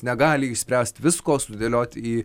negali išspręst visko sudėliot į